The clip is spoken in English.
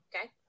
Okay